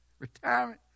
retirement